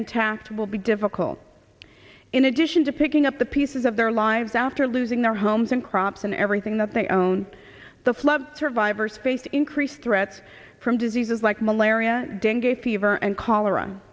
intact will be difficult in addition to picking up the pieces of their lives after losing their homes and crops and everything that they own the flood survivors face increased threats from diseases like malaria dengue fever and cholera